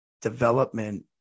development